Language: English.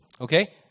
okay